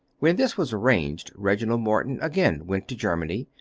when this was arranged reginald morton again went to germany,